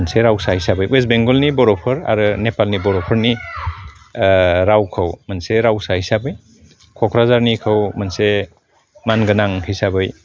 मोनसे रावसा हिसाबै वेस्ट बेंगलनि बर'फोर आरो नेपालनि बर'फोरनि रावखौ मोनसे रावसा हिसाबै क'क्राझारनिखौ मोनसे मानगोनां हिसाबै